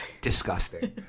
disgusting